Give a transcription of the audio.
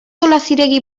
olaziregi